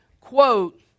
quote